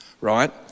Right